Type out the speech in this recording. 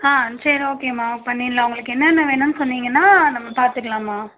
ஆ சரி ஓகேம்மா பண்ணிடலாம் உங்களுக்கு என்னென்ன வேணுன்னு சொன்னீங்கன்னா நம்ம பார்த்துக்கலாம்மா